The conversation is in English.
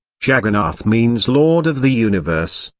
jaggarnath means lord of the universe,